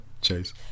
Chase